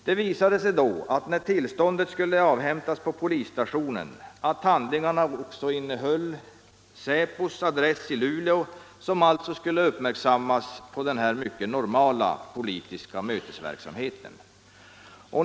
Det visade sig när tillståndet skulle avhämtas på polisstationen att handlingarna också innehöll säpos adress i Luleå. Säpo skulle alltså uppmärksammas på denna mycket normala politiska mötesverksamhet.